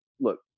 look